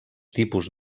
tipus